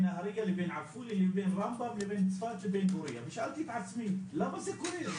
נהריה לבין עפולה לבין רמב"ם לבין צפת ושאלתי את עצמי למה זה קורה?